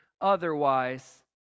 otherwise